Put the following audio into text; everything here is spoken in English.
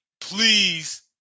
please